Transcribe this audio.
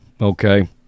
Okay